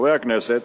חברי הכנסת,